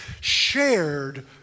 shared